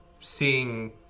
seeing